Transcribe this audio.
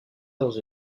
dans